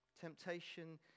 Temptation